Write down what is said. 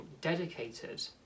dedicated